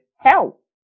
help